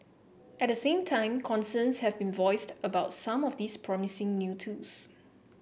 at the same time concerns have been voiced about some of these promising new tools